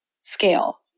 scale